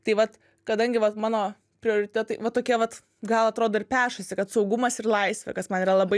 tai vat kadangi vat mano prioritetai vat tokie vat gal atrodo ir pešasi kad saugumas ir laisvė kas man yra labai